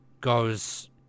goes